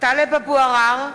טלב אבו עראר,